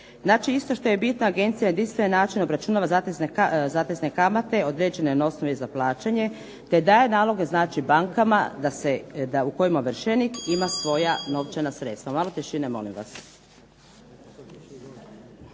isto što je bitno, Agencija na isti način obračunava zatezne kamate određene na osnovi za plaćanje te daje naloge bankama u kojima ovršenim ima svoja novčana sredstva. Malo tišine molim vas.